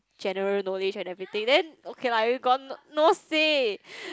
general knowledge and everything then okay lah you got no say